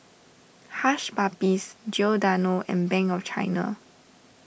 Hush Puppies Giordano and Bank of China